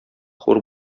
хур